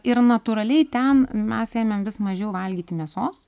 ir natūraliai ten mes ėmėm vis mažiau valgyti mėsos